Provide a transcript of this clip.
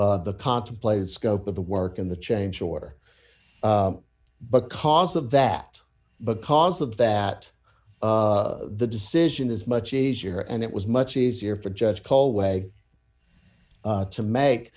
of the contemplated scope of the work and the change order but because of that because of that the decision is much easier and it was much easier for judge call way to make